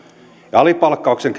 alipalkkauksen